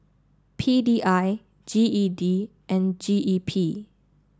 P D I G E D and G E P